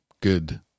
good